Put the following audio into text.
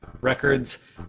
records